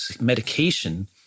medication